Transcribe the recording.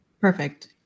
Perfect